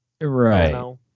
right